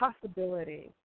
possibility